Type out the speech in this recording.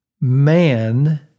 man